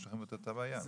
יש לכם את אותה בעיה,